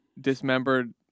dismembered